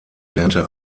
lernte